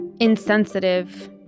Insensitive